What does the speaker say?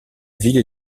ville